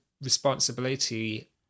responsibility